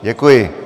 Děkuji.